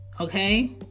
okay